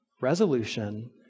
resolution